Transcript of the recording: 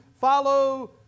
follow